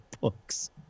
books